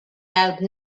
loud